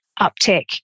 uptick